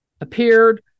appeared